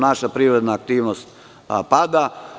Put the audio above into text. Naša privredna aktivnost pada.